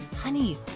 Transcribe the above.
honey